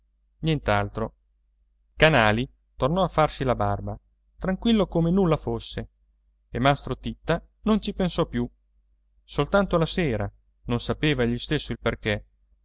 nient'altro canali tornò a farsi la barba tranquillo come nulla fosse e mastro titta non ci pensò più soltanto la sera non sapeva egli stesso il perché